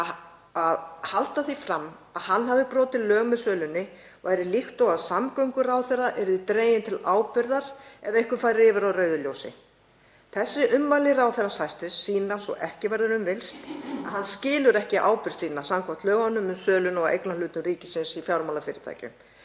að halda því fram að hann hafi brotið lög með sölunni væri líkt og að samgönguráðherra yrði dreginn til ábyrgðar ef einhver færi yfir á rauðu ljósi. Þessi ummæli hæstv. ráðherrans sýna svo ekki verður um villst að hann skilur ekki ábyrgð sína samkvæmt lögum um sölumeðferð eignarhluta ríkisins í fjármálafyrirtækjum.